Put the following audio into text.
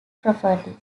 property